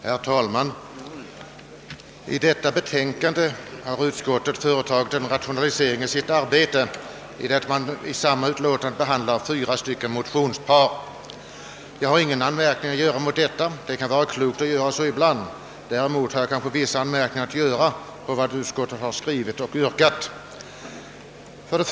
Herr talman! I förevarande betänkande har bevillningsutskottet rationaliserat sitt arbete, så att utskottet där behandlar inte mindre än fyra motionspar. Jag har ingen anmärkning mot detta; det kan vara klokt att förfara så ibland. Däremot har jag vissa anmärkningar att göra mot vad utskottet skrivit och hemställt.